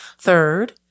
Third